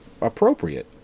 appropriate